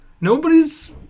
Nobody's